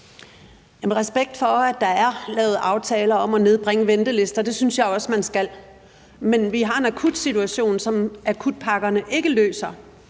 Respekt for, at der er lavet aftaler om at nedbringe ventelister – det synes jeg også man skal. Men vi har en akut situation, som akutpakkerne ikke løser